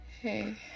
Hey